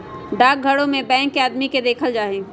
डाकघरो में बैंक के आदमी के देखल जाई छई